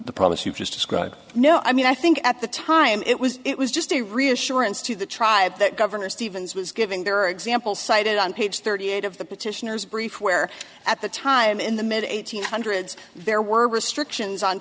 you just described no i mean i think at the time it was it was just a reassurance to the tribe that governor stevens was given there are examples cited on page thirty eight of the petitioners brief where at the time in the mid eighty's hundreds there were restrictions on